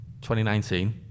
2019